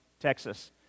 Texas